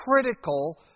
critical